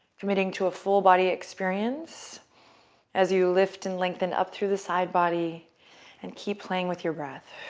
committing to a full body experience as you lift and lengthen up through the side body and keep playing with your breath.